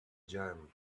jam